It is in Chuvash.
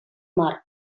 мар